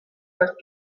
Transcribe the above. jak